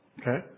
Okay